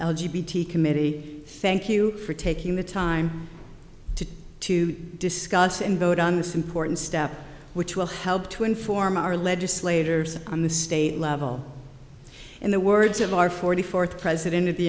t committee thank you for taking the time to to discuss and vote on this important step which will help to inform our legislators on the state level in the words of our forty fourth president of the